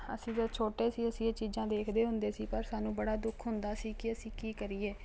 ਅਸੀਂ ਜਦੋਂ ਛੋਟੇ ਸੀ ਅਸੀਂ ਇਹ ਚੀਜ਼ਾਂ ਦੇਖਦੇ ਹੁੰਦੇ ਸੀ ਪਰ ਸਾਨੂੰ ਬੜਾ ਦੁੱਖ ਹੁੰਦਾ ਸੀ ਕਿ ਅਸੀਂ ਕੀ ਕਰੀਏ